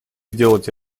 сделать